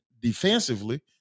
defensively